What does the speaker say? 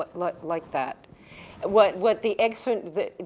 ah like, like that what, what the exit, the,